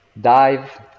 dive